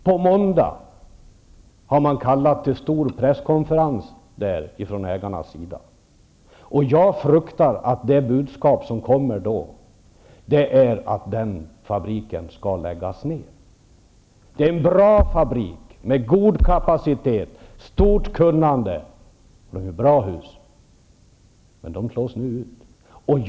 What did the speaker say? På måndag har ägarna kallat till en stor presskonferens. Jag fruktar att det budskap som då kommer är att fabriken skall läggas ned. Det är en bra fabrik, med god kapacitet, stort kunnande och bra hus, men den slås nu förmodligen ut.